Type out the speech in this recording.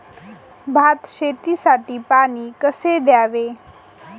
भात शेतीसाठी पाणी कसे द्यावे?